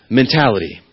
mentality